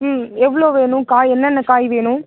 ம் எவ்வளோ வேணும் காய் என்னென்ன காய் வேணும்